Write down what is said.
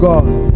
God